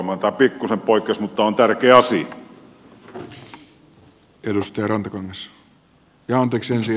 tämä pikkuisen poikkesi mutta tämä on tärkeä asia